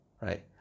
right